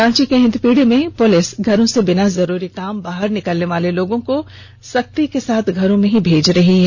रांची को हिंदपीढ़ी में पुलिस घरों से बिना जरूरी काम बाहर निकलने वाले लोगों को सख्ती के साथ घरों में भी भेज रही है